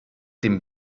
dem